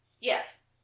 Yes